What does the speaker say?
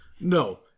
no